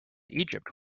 egypt